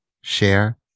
share